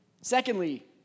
Secondly